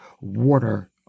water